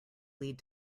lead